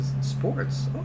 sports